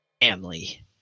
family